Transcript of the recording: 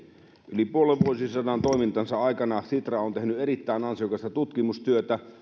yli puolen vuosisadan toimintansa aikana sitra on tehnyt erittäin ansiokasta tutkimustyötä